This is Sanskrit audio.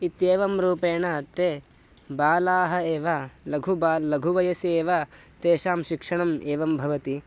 इत्येवं रूपेण ते बालाः एव लघुबालाः लघुवयसि एव तेषां शिक्षणम् एवं भवति